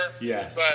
Yes